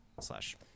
slash